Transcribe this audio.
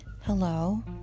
hello